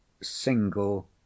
single